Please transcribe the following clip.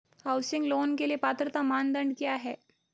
Housing loan के लिए पात्रता मानदंड क्या हैं?